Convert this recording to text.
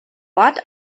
ort